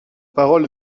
parole